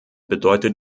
bedeutet